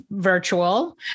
virtual